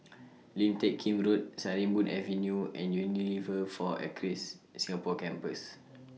Lim Teck Kim Road Sarimbun Avenue and Unilever four Acres Singapore Campus